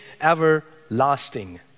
everlasting